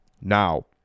now